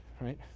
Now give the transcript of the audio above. right